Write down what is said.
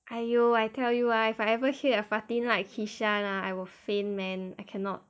!aiyo! I tell you ah if I ever hear fatin like kishan ah I will faint man I cannot